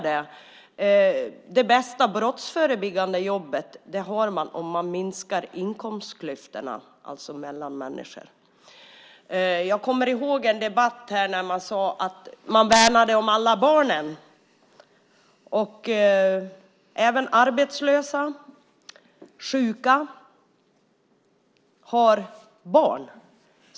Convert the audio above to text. Det bästa brottsförebyggande arbetet är att minska inkomstklyftorna mellan människor. Jag kommer ihåg en debatt här när man sade att man värnar om alla barn. Även arbetslösa och sjuka har barn.